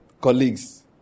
colleagues